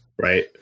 Right